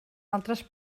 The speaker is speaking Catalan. altres